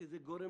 שזה גורם